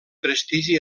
prestigi